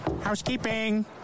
Housekeeping